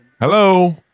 Hello